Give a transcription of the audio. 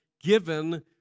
given